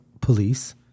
police